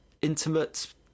intimate